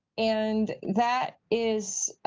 and that is